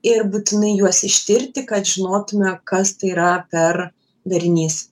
ir būtinai juos ištirti kad žinotume kas tai yra per darinys